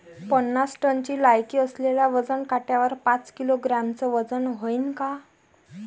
पन्नास टनची लायकी असलेल्या वजन काट्यावर पाच किलोग्रॅमचं वजन व्हईन का?